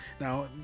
now